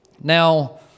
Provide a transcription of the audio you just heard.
Now